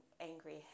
angry